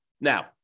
Now